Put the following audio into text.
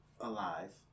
alive